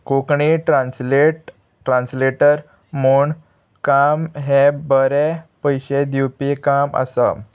Konkani translate translator म्हूण काम हें बरें पयशे दिवपी काम आसा